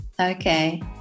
Okay